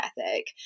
ethic